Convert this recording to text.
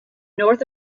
north